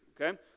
Okay